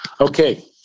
Okay